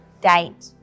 date